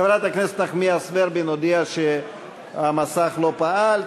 חברת הכנסת נחמיאס ורבין הודיעה שהמסך לא פעל.